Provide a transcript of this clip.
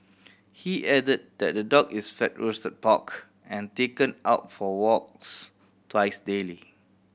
he added that the dog is fed roasted pork and taken out for walks twice daily